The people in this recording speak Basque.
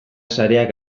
sareak